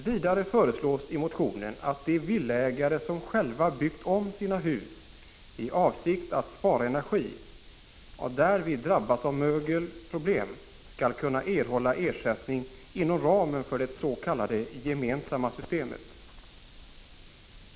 Vidare föreslås i motionen att de villaägare som själva har byggt om sina hus i avsikt att spara energi och därvid drabbats av mögelproblem skall kunna erhålla ersättning inom ramen för det s.k. gemensamma systemet.